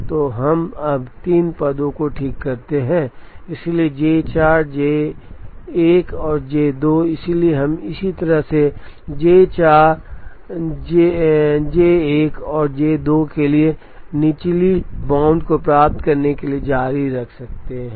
तो हम अब 3 पदों को ठीक करते हैं इसलिए जे 4 जे 1 और जे 2 इसलिए हम इसी तरह से जे 4 जे 1 और जे 2 के लिए निचले बाउंड को प्राप्त करने के लिए जारी रख सकते हैं